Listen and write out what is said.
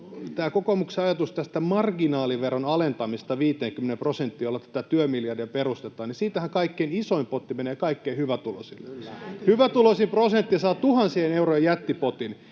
tässä kokoomuksen ajatuksessa marginaaliveron alentamisesta 50 prosenttiin, jolla tätä työmiljardia perustellaan, kaikkein isoin potti menee kaikkein hyvätuloisimmille. [Eduskunnasta: Kyllä!] Hyvätuloisin prosentti saa tuhansien eurojen jättipotin.